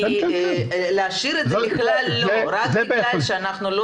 כי להשאיר את זה "בכלל לא" רק בגלל שאנחנו לא